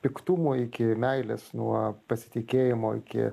piktumo iki meilės nuo pasitikėjimo iki